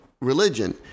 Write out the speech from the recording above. religion